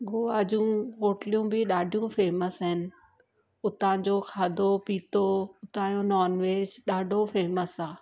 गोवा जूं होटलियूं बि ॾाढियूं फेमस आहिनि उतांजो खाधो पीतो उतांजो नॉन वेज ॾाढो फेमस आहे